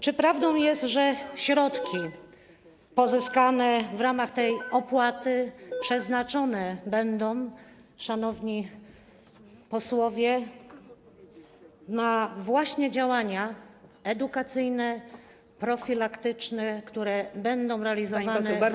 Czy prawdą jest, że środki pozyskane w ramach tej opłaty przeznaczone będą, szanowni posłowie, właśnie na działania edukacyjne, profilaktyczne, które będą realizowane w ramach NFZ?